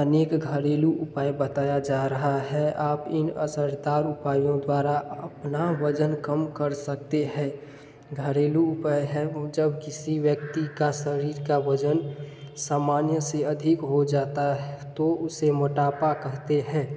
अनेक घरेलू उपाय बताया जा रहा है आप इन असरदार उपायों द्वारा आप अपना वजन कम कर सकते हैं घरेलू उपाय है जब किसी व्यक्ति का शरीर का वजन सामान्य से अधिक हो जाता तो उसे मोटापा कहते हैं